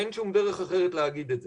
אין שום דרך אחרת להגיד את זה.